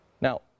Now